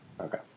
okay